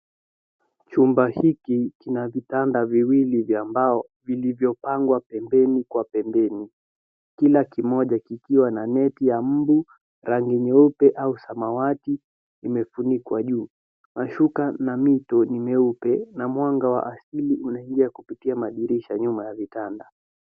Chumba hiki kina vitanda viwili vya mbao vilivyopagwa pembeni kwa pembeni, kila kimoja kikiwa na neti ya mbu, rangi nyeupe au samawati imefunikwa juu, mashuka na mito ni mieupe na mwanga wa asili unaingia kupitia madirisha nyuma ya vitanda.